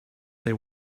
they